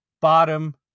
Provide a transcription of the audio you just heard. Bottom